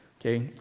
okay